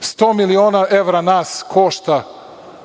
100 miliona evra nas košta